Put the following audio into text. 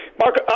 Mark